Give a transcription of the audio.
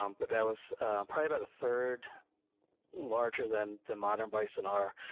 um but that was probably about a third larger than the modern bison are.